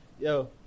yo